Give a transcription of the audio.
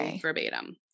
verbatim